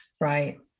right